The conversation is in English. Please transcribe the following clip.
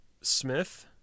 Smith